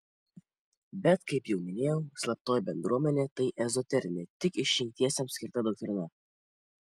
bet kaip jau minėjau slaptoji bendruomenė tai ezoterinė tik išrinktiesiems skirta doktrina